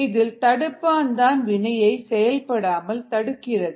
இதில் தடுப்பான் தான் வினையை செயல்படாமல் தடுக்கிறது